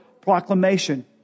proclamation